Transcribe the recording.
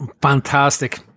Fantastic